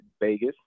Vegas